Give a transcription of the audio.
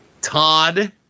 Todd